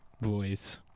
voice